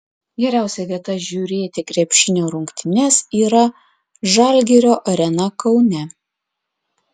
geriausia vieta žiūrėti krepšinio rungtynes yra žalgirio arena kaune